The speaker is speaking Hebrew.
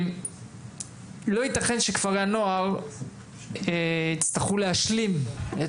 לא ייתכן שכפרי הנוער יצטרכו להשלים את